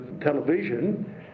television